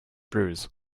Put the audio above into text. bruise